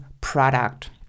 product